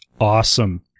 awesome